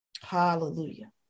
Hallelujah